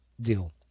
deal